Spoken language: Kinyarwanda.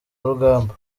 rugamba